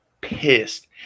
pissed